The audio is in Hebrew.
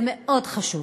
זה מאוד חשוב.